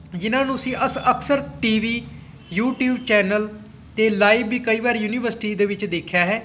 ਜਿਹਨਾਂ ਨੂੰ ਅਸੀਂ ਅਕਸਰ ਟੀ ਵੀ ਯੂਟੀਊਬ ਚੈਨਲ 'ਤੇ ਲਾਈਵ ਵੀ ਕਈ ਵਾਰ ਯੂਨੀਵਰਸਿਟੀ ਦੇ ਵਿੱਚ ਦੇਖਿਆ ਹੈ